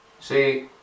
See